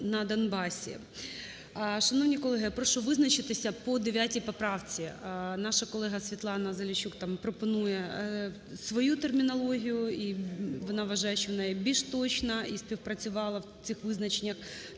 Шановні колеги, прошу визначитися по 9 поправці. Наша колега СвітланаЗаліщук там пропонує свою термінологію, і вона вважає, що вона є більш точна, і співпрацювала у цих визначеннях